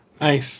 Nice